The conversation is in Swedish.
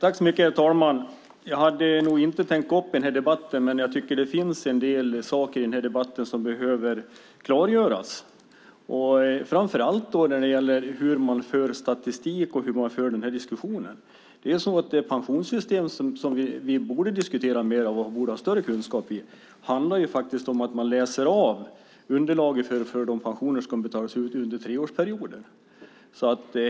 Herr talman! Jag hade inte tänkt gå upp i den här debatten, men jag tycker att det finns en del saker i debatten som behöver klargöras. Framför allt gäller det hur man för statistik och hur man för den här diskussionen. Det pensionssystem som vi borde diskutera mer och ha större kunskap om handlar om att läsa av underlaget för de pensioner som ska betalas ut under en treårsperiod.